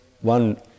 one